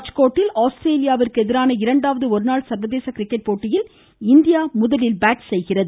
ராஜ்கோட்டில் ஆஸ்திரேலியாவிற்கு எதிரான இரண்டாவது ஒருநாள் சர்வதேச கிரிக்கெட் போட்டியில் இந்தியா முதலில் பேட் செய்கிறது